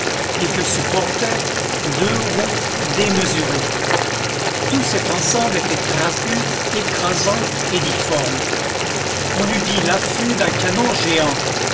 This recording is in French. et que supportaient deux roues démesurées tout cet ensemble était trapu écrasant et difforme on eût dit l'affût d'un canon géant